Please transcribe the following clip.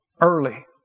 early